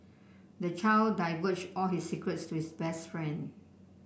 the child divulged all his secrets to his best friend